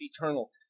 eternal